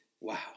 Wow